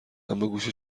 اماگوش